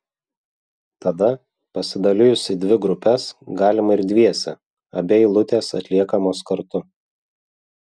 tada pasidalijus į dvi grupes galima ir dviese abi eilutės atliekamos kartu